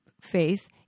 faith